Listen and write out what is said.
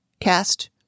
cast